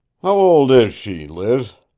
how old is she, liz?